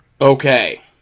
Okay